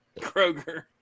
Kroger